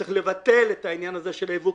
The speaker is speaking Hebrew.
צריך לבטל את העניין הזה של הייבוא,